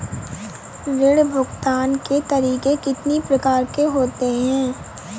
ऋण भुगतान के तरीके कितनी प्रकार के होते हैं?